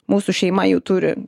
mūsų šeima jų turi